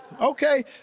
Okay